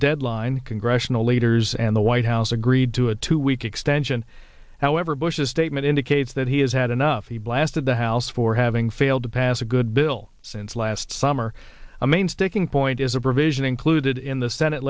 deadline congressional leaders and the white house agreed to a two week extension however bush's statement indicates that he has had enough he blasted the house for having failed to pass a good bill since last summer a main sticking point is a provision included in the senate